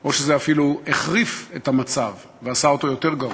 או שזה אפילו החריף את המצב ועשה אותו יותר גרוע.